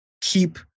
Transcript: keep